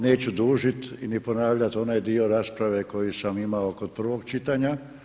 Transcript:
Neću dužiti i ne ponavljati onaj dio rasprave koji sam imao kod prvog čitanja.